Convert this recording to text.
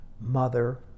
Mother